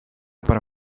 para